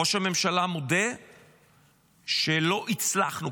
ראש הממשלה מודה שלא הצלחנו,